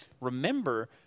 remember